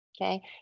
okay